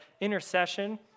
intercession